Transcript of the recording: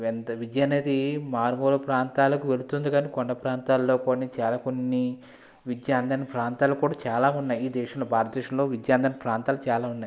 ఎంత విద్య అనేది మారుమూల ప్రాంతాలకు వెళుతుంది కానీ కొండ ప్రాంతాల్లో కొన్ని చాలా కొన్ని విద్య అందని ప్రాంతాలు కూడా చాలా ఉన్నాయి ఈ దేశంలో భారత దేశంలో విద్య అందని ప్రాంతాలు చాలా ఉన్నాయి